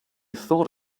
thought